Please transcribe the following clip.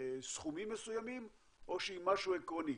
סכומים מסוימים או שהיא משהו עקרוני?